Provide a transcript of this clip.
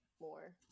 more